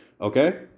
okay